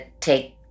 take